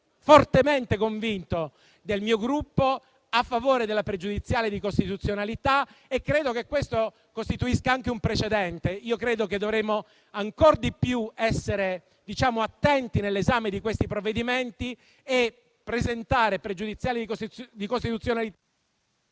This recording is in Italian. fortemente convinto del mio Gruppo a favore della questione pregiudiziale di costituzionalità e credo che questo costituisca anche un precedente. Io credo che dovremmo essere ancora più attenti nell'esame di questi provvedimenti e presentare questioni pregiudiziali di costituzionalità